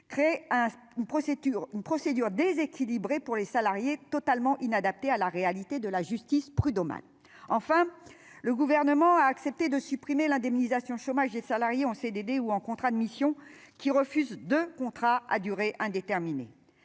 une procédure déséquilibré pour les salariés, totalement inadapté à la réalité de la justice prud'homale, enfin, le gouvernement a accepté de supprimer l'indemnisation chômage des salariés en CDD ou en contrat de mission qui refuse de contrat à durée indéterminée,